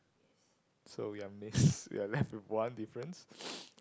so we are miss we are left with one difference